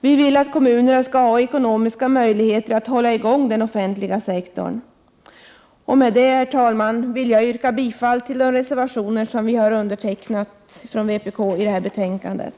Vi vill att kommunerna skall ha ekonomiska möjligheter att hålla i gång den offentliga sektorn. Med detta, herr talman, vill jag yrka bifall till de reservationer till betänkandet som vi från vpk har undertecknat.